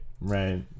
right